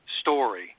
story